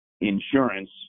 Insurance